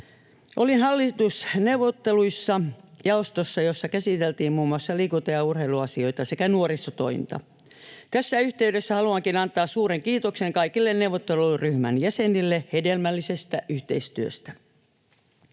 Olin hallitusneuvotteluissa jaostossa, jossa käsiteltiin muun muassa liikunta- ja urheiluasioita sekä nuorisotointa. Tässä yhteydessä haluankin antaa suuren kiitoksen kaikille neuvotteluryhmän jäsenille hedelmällisestä yhteistyöstä.